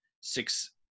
Six